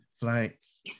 Flights